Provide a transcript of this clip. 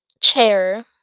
chair